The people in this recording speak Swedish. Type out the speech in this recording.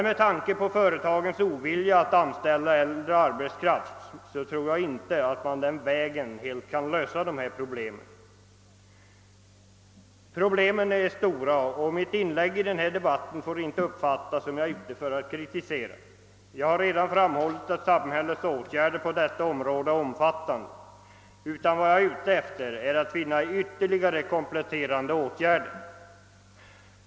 Med tanke på företagens ovilja att anställa äldre arbetskraft tror jag dock inte att man den vägen helt kan lösa dessa problem. Problemen är stora, och mitt inlägg i denna debatt får inte uppfattas som att jag är ute för att kritisera. Jag har redan framhållit att samhällets åtgärder på detta område är omfattande. Vad jag strävar efter är att finna ytterligare, kompletterande åtgärder.